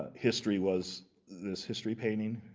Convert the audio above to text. history was this history painting.